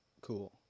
cool